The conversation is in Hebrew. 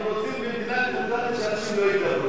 הם רוצים מדינה דמוקרטית שבה אנשים לא ידברו,